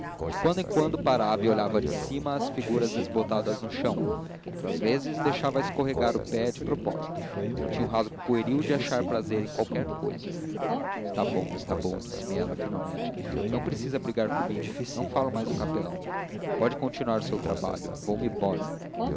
de quando em quando parava e olhava de cima as figuras desbotadas no chão outras vezes deixava escorregar o pé de propósito tinha o rasgo pueril de achar prazer em qualquer cousa está bom está bom disse-me ela finalmente não precisa brigar comigo não falo mais do capelão pode continuar o seu trabalho vou-me embora